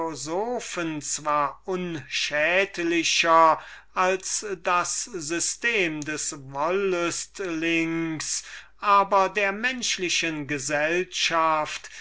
zwar unschädlicher als das system des wollüstlings aber der menschlichen gesellschaft